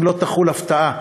אם לא תחול הפתעה,